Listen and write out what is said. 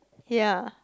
ya